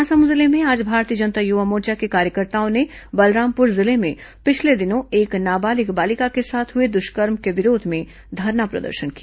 महासमुंद जिले में आज भारतीय जनता युवा मोर्चा के कार्यकर्ताओं ने बलरामपुर जिले में पिछले दिनों एक नाबालिग बालिका के साथ हुए दुष्कर्म के विरोध में धरना प्रदर्शन किया